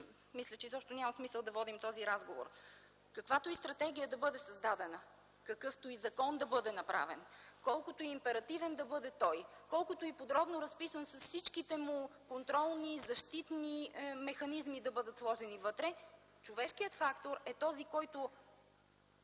мисля, че тогава изобщо няма смисъл да водим този разговор. Каквато и стратегия да бъде създадена, какъвто и закон да бъде направен, колкото и императивен да бъде той, колкото и подробно в него да са сложени контролни и защитни механизми, човешкият фактор е този, който